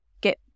Get